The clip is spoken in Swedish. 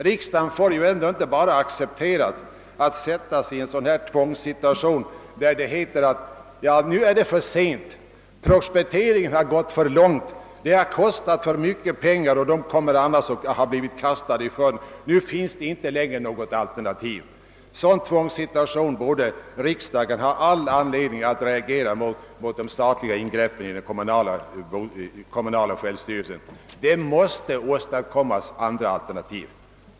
Riksdagen får inte acceptera att försättas i en tvångssituation där det heter att »nu är det för sent, prospekteringen har gått för långt; det har kostat för mycket pengar, de kommer annars att vara kastade i sjön, nu finns inte längre något alternativ». Riksdagen borde ha all anledning att reagera mot statliga ingrepp i den kommunala självstyrelsen. Det måste åstadkommas andra alternativ!